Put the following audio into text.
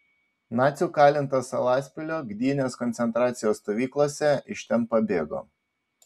nacių kalintas salaspilio gdynės koncentracijos stovyklose iš ten pabėgo